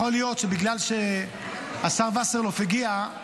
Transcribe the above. יכול להיות שבגלל שהשר וסרלאוף הגיע,